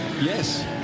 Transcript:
Yes